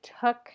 took